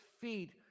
feet